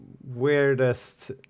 weirdest